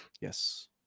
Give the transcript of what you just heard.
Yes